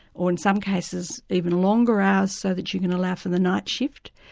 or in some cases even longer hours so that you can allow for the night shift.